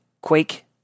Quake